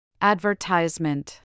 Advertisement